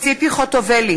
מצביע ציפי חוטובלי,